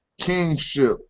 kingship